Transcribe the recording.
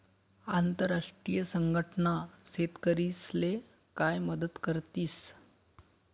आंतरराष्ट्रीय संघटना शेतकरीस्ले काय मदत करतीस?